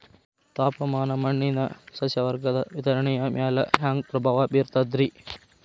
ತಾಪಮಾನ ಮಣ್ಣಿನ ಸಸ್ಯವರ್ಗದ ವಿತರಣೆಯ ಮ್ಯಾಲ ಹ್ಯಾಂಗ ಪ್ರಭಾವ ಬೇರ್ತದ್ರಿ?